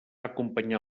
acompanyar